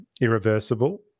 Irreversible